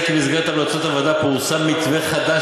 אציין כי במסגרת המלצות הוועדה פורסם מתווה חדש